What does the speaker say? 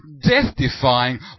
death-defying